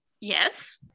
yes